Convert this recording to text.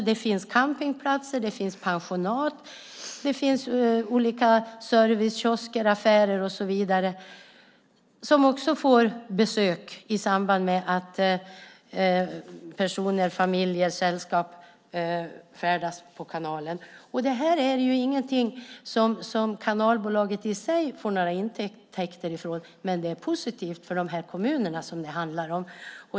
Det finns campingplatser, pensionat, olika servicekiosker, affärer och så vidare som också får besök i samband med att personer, familjer och sällskap färdas på kanalen. Det här är ju ingenting som kanalbolaget i sig får några intäkter från, men det är positivt för de kommuner som det handlar om.